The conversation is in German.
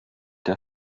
der